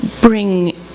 bring